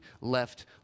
left